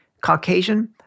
Caucasian